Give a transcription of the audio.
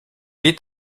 est